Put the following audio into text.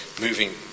moving